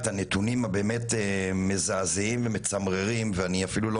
את הנתונים המזעזעים והמצמררים ואני אפילו לא